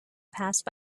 passed